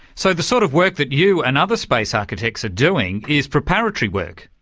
so the sort of work that you and other space architects are doing is preparatory work.